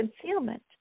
concealment